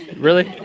really?